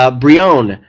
ah brione,